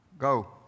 Go